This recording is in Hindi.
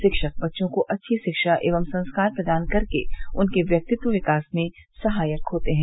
शिक्षक बच्चों को अच्छी शिक्षा एवं संस्कार प्रदान कर उनके व्यक्तित्व विकास में सहायक होते हैं